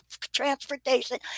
transportation